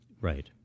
Right